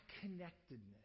connectedness